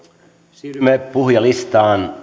siirrymme puhujalistaan